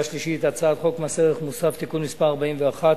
שלישית את הצעת חוק מס ערך מוסף (תיקון מס' 41),